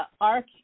arc